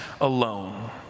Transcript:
alone